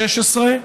2016,